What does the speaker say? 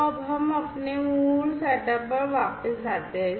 तो अब हम अपने मूल सेटअप पर वापस जाते हैं